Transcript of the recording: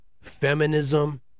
feminism